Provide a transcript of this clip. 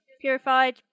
purified